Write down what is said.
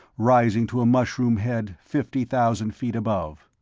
rising to a mushroom head fifty thousand feet above.